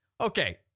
Okay